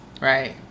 Right